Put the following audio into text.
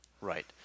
Right